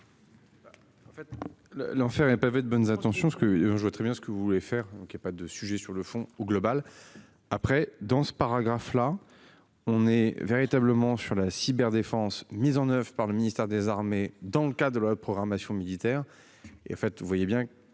l'enfer est pavé de bonnes intentions, ce que je vois très bien ce que vous voulez faire. Donc il y a pas de sujet sur le fond au global. Après dans ce paragraphe, là on est véritablement sur la cyberdéfense mises en oeuvre par le ministère des Armées. Dans le cas de la programmation militaire